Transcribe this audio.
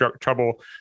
trouble